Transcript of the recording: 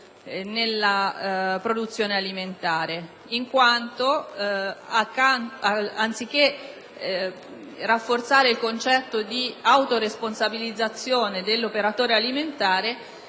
nella produzione alimentare, in quanto, anziché rafforzare il concetto di autoresponsabilizzazione dell'operatore alimentare,